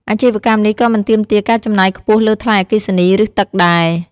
អាជីវកម្មនេះក៏មិនទាមទារការចំណាយខ្ពស់លើថ្លៃអគ្គិសនីឬទឹកដែរ។